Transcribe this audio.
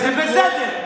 זה בסדר.